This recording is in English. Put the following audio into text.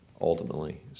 ultimately